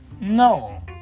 No